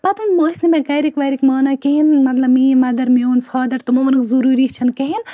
پَتہٕ ٲسۍ نہٕ مےٚ گَرِکۍ وَرِکۍ مانان کِہِیٖنۍ مَطلَب میٲنۍ مَدَر میٚون فادَر تِمو ووٚنُکھ ضروٗری چھُ نہٕ کِہِیٖنۍ